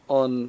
on